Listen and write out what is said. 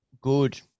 good